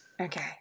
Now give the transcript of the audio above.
okay